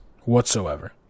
whatsoever